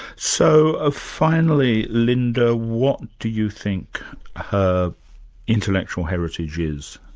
so ah finally, linda, what do you think her intellectual heritage is?